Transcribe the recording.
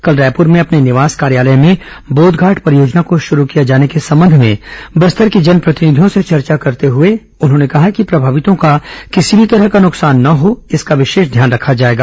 कल रायपुर में अपने निवास कार्यालय में बोधघाट परियोजना को शुरू किए जाने के संबंध में बस्तर के जनप्रतिनिधियों से चर्चा करते हुए उन्होंने कहा कि प्रभावितों का किसी भी तरह का नुकसान न हो इसका विशेष ध्यान रखा जाएगा